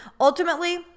ultimately